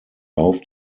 lauf